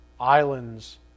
islands